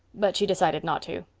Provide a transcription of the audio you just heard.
but she decided not to.